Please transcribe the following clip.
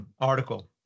article